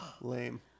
Lame